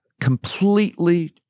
completely